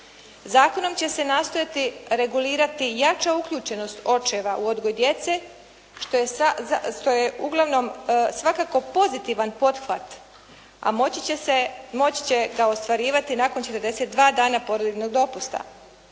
Zakonom će se nastojati regulirati jača uključenost očeva u odgoju djece, što je uglavnom svakako pozitivan pothvat, a moći će ga ostvariti nakon 42 dana porodiljnog dopusta.